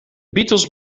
beatles